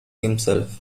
himself